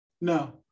No